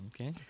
Okay